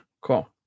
cool